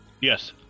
Yes